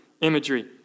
imagery